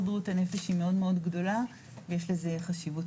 בריאות הנפש היא מאוד גדולה ויש לזה חשיבות.